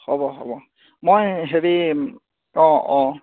হ'ব হ'ব মই হেৰি অঁ অঁ